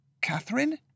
Catherine